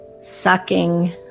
sucking